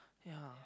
ya